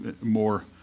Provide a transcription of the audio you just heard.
more